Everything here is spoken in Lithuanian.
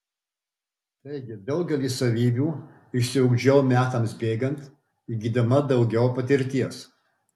taigi daugelį savybių išsiugdžiau metams bėgant įgydama daugiau patirties